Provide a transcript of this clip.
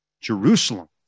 Jerusalem